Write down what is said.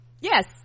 yes